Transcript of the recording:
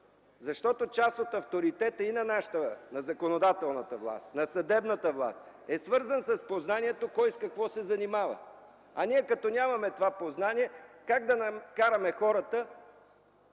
Част от авторитета на законодателната, на съдебната власт, е свързан с познанието кой с какво се занимава. Ние като нямаме това познание, как да накараме хората